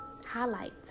Highlight